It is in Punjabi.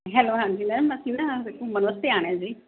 ਹੈਲੋ ਹਾਂਜੀ ਮੈਮ ਅਸੀਂ ਨਾ ਘੁੰਮਣ ਵਾਸਤੇ ਆਉਣਾ ਹੈ ਜੀ